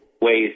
ways